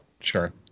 Sure